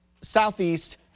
southeast